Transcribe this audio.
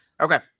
Okay